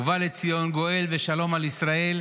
ובא לציון גואל ושלום על ישראל,